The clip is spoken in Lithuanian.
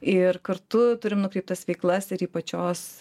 ir kartu turim nukreiptas veiklas ir į pačios